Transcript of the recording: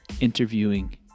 interviewing